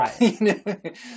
Right